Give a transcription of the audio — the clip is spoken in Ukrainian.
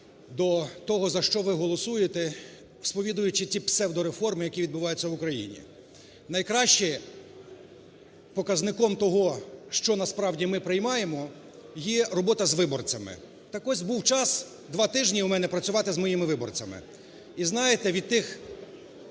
до того за що ви голосуєте, сповідуючи ті псевдореформи, які відбуваються в Україні. Найкраще показником того, що насправді ми приймаємо, є робота з виборцями. Так ось був час, два тижні працювати у мене працювати з моїми виборцями. І, знаєте, від того